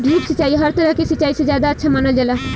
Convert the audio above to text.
drip सिंचाई हर तरह के सिचाई से ज्यादा अच्छा मानल जाला